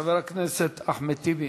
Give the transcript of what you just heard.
חבר הכנסת אחמד טיבי,